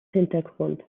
hintergrund